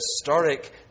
Historic